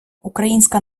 українська